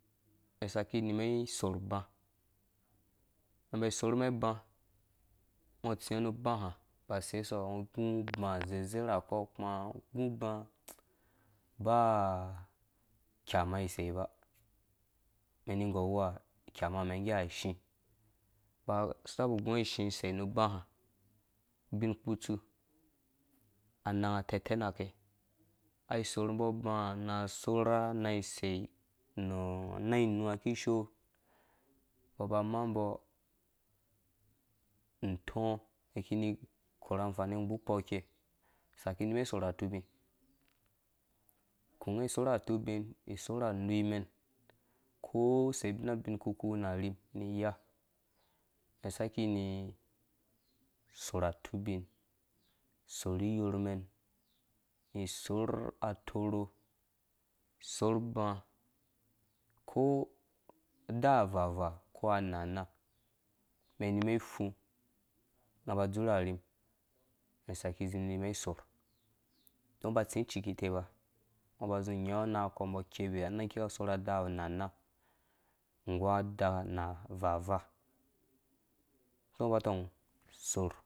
Mɛn saki numɛn sorh ba mɛnba sorh mɛn ba ngɔ tsingɔ nu ubaha sesɔ ngɔ nggu ba ha zezenakɔ kuma gu bã neyama isei ba mɛn ni gɔr wuha kyama mɛn ngge ashii tabo gogaɔ ishĩ sei nu bã hã ubin ku tsu amanga tɛtɛnakɛ ai sorh mbɔ bá hã na sorh anang isei nu anang inunga kishoo mbɔ ba maa mbɔ untɔ mɛn kini korhe anfeni aggu kpo ikei saki nu mɛn isorh atabɔn sorh atubin ni sorh anvi mɛn ko sebina ubin kpuku wuna orhim ni iya mɛn saki ni sorh bã ko uaa avava ko anaanaa mɛn nu mi fu nga ba dzur arhim mɛn saki zi ni mɛn sorh ngɔ ba tsi aiki teba ngɔ ba zi nyɔ anang kɔɔ mbɔ kebe anang kika sorh adaa mana nggu aa na vavaa ngɔ ba tɔng sorh.